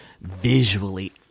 visually